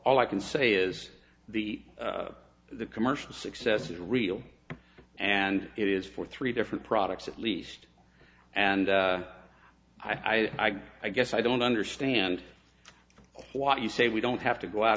all i can say is the the commercial success is real and it is for three different products at least and i guess i don't understand why do you say we don't have to go out